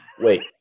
wait